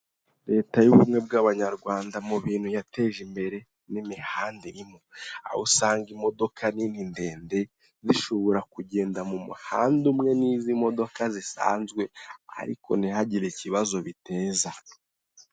Leta y'ubumwe bw'abanyarwanda mu bintu yateje imbere n'imihanda irimo. Aho usanga imodoka nini ndende zishobora kugenda mu muhanda umwe n'izi modoka zisanzwe, ariko ntihagire ikibazo biteza.